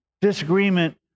disagreement